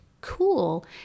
cool